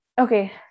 okay